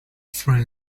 friend